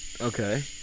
Okay